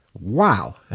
Wow